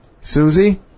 Susie